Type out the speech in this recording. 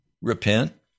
Repent